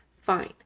fine